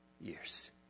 years